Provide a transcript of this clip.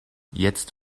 jetzt